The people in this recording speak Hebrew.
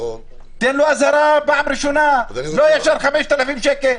תן לו אזהרה בפעם הראשונה, לא ישר 5,000 שקל.